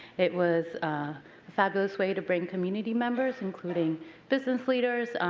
it was a fabulous way to brings community members including business leaders,